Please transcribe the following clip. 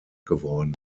geworden